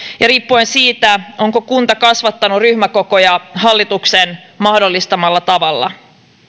ja riippuen siitä onko kunta kasvattanut ryhmäkokoja hallituksen mahdollistamalla tavalla